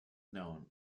known